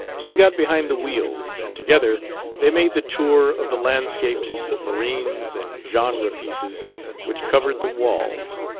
he got behind the wheels, and together they made the tour of the landscapes, marines, and genre-pieces which covered the walls.